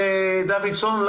מנכ"ל שירותי בריאות כללית?